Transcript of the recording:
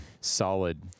solid